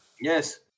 Yes